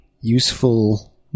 useful